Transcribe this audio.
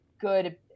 good